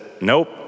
nope